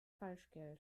falschgeld